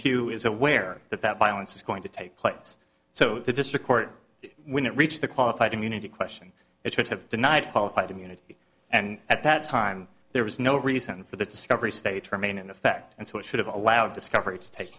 pew is aware that that violence is going to take place so the district court when it reached the qualified immunity question it should have denied qualified immunity and at that time there was no reason for the discovery stage remain in effect and so it should have allowed discovery to take